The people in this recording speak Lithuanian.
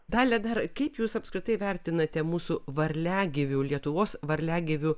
dalia dar kaip jūs apskritai vertinate mūsų varliagyvių lietuvos varliagyvių